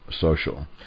social